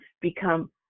become